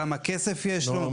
כמה כסף יש לו,